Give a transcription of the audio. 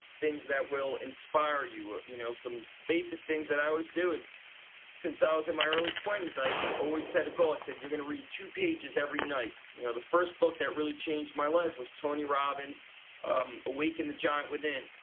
things that will inspire you. you know some basic things that i always do is since i was in my early twenty s i so always set a goal, i said, you're going to read two pages every night. you know the first book that really changed my life was tony robbins um awaken the giant within.